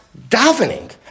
davening